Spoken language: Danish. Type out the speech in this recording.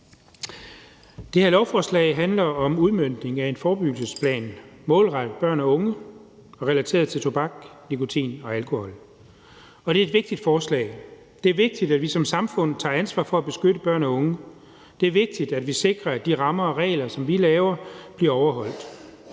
Det her lovforslag handler om udmøntning af en forebyggelsesplan målrettet børn og unge og relateret til tobak, nikotin og alkohol. Det er et vigtigt forslag. Det er vigtigt, at vi som samfund tager ansvar for at beskytte børn og unge. Det er vigtigt, at vi sikrer, at de rammer og regler, som vi laver, bliver overholdt.